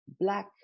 black